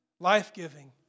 life-giving